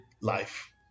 life